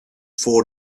for